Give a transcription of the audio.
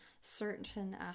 certain